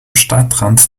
stadtrand